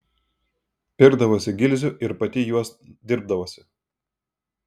pirkdavosi gilzių ir pati juos dirbdavosi